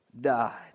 died